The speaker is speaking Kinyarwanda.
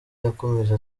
yakomeje